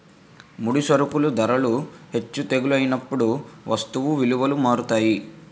ముడి సరుకుల ధరలు హెచ్చు తగ్గులైనప్పుడు వస్తువు విలువలు మారుతాయి